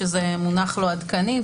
שזה מונח לא עדכני.